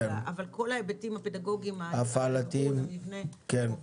אבל כל ההיבטים הפדגוגיים, הארגון, המבנה, עוברים.